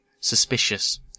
suspicious